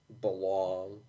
belong